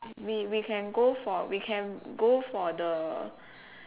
we we can go for we can go for the